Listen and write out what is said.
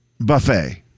buffet